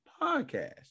Podcast